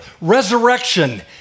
resurrection